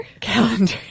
Calendar